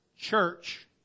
church